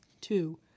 Two